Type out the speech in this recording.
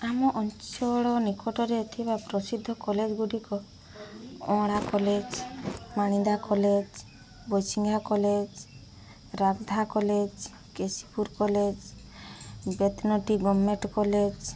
ଆମ ଅଞ୍ଚଳ ନିକଟରେ ଥିବା ପ୍ରସିଦ୍ଧ କଲେଜ୍ ଗୁଡ଼ିକ Aonla college Manida college Barsingha college Radha college Keshipur college Betnoti government college